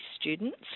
students